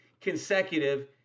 consecutive